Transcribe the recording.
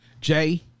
Jay